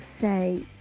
say